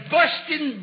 Boston